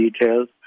details